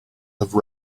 have